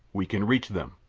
we can reach them!